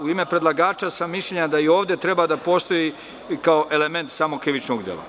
U ime predlagača sam mišljenja da i ovde treba da postoji kao element samog krivičnog dela.